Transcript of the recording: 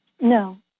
No